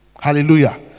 Hallelujah